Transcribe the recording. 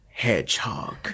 Hedgehog